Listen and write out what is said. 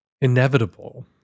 inevitable